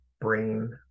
brain